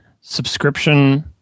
subscription